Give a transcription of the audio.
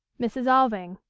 mrs. alving.